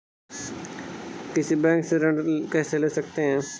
किसी बैंक से ऋण कैसे ले सकते हैं?